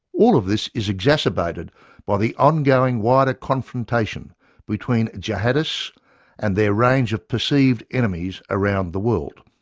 all of this is exacerbated by the ongoing wider confrontation between jihadists and their range of perceived enemies around the world.